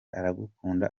aragukunda